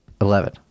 Eleven